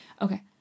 Okay